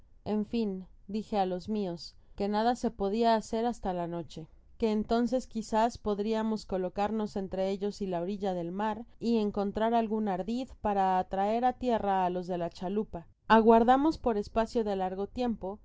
en fin dije á los mios que nada se podia hacer hasta la noche que entonces quizás podriamos colocarnos entre ellos y la orilla del mar y encontrar algun ardid para atraer á tierra á los de la chalupa aguardamos por espacio de largo tiempo